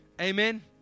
Amen